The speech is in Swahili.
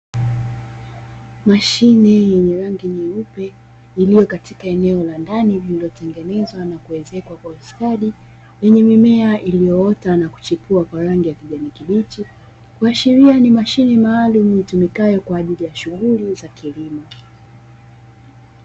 Mashine yenye rangi nyeupe iliyo katika eneo la ndani lililotengenezwa na kuezekwa kwa ustadi, lenye mimea iliyoota na kuchipua kwa rangi ya kijani kibichi, kuashiria ni mashine maalumu itumikayo kwa ajili ya shughuli za kilimo.